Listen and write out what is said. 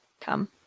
come